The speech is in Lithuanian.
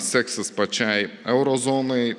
seksis pačiai euro zonai